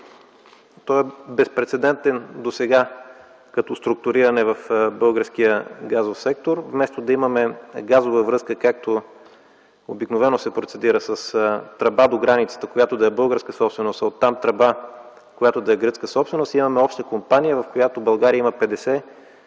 той е безпрецедентен досега като преструктуриране в българския газов сектор. Вместо да имаме газова връзка, както обикновено се процедира с тръба до границата, която да е българска собственост, а оттам тръба, която да е гръцка собственост, имаме обща компания, в която България има 50%,